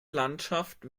landschaft